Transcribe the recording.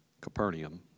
Capernaum